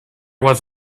was